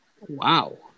wow